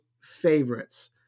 favorites